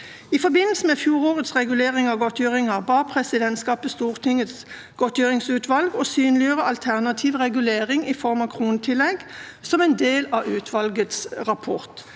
I forbindelse med fjorårets regulering av godtgjørelsen ba presidentskapet Stortingets godgjøringsutvalg om å synliggjøre alternativ regulering i form av kronetillegg, som en del av utvalgets rapport.